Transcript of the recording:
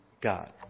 God